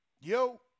Yo